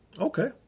Okay